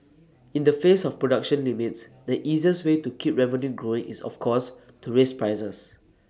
in the face of production limits the easiest way to keep revenue growing is of course to raise prices